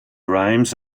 rhymes